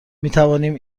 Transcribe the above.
میتوانیم